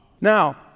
Now